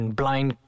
blind